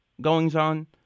goings-on